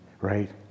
right